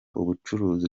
ubucuruzi